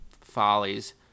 follies